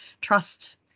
trust